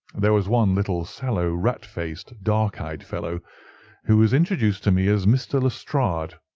there was one little sallow rat-faced, dark-eyed fellow who was introduced to me as mr. lestrade,